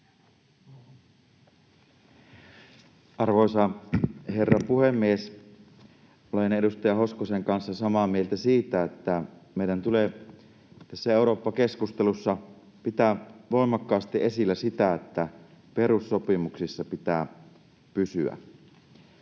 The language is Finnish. Arvoisa herra puhemies! Olen edustaja Hoskosen kanssa samaa mieltä siitä, että meidän tulee tässä Eurooppa-keskustelussa pitää voimakkaasti esillä sitä, että perussopimuksissa pitää pysyä.